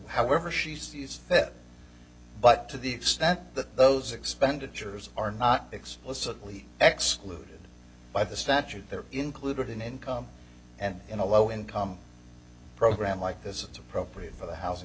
however she sees fit but to the extent that those expenditures are not explicitly excluded by the statute they're included in income and in a low income program like this it's appropriate for the housing